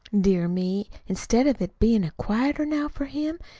dear me, instead of its bein' a quieter now for him,